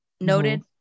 Noted